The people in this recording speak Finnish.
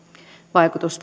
vaikutus